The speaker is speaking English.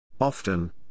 Often